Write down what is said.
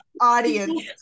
audience